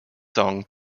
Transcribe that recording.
song